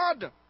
God